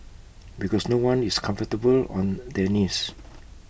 because no one is comfortable on their knees